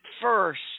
first